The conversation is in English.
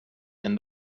and